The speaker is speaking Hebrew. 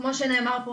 כמו שנאמר פה,